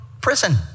prison